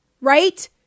right